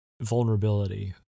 vulnerability